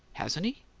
hasn't he?